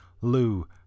Lou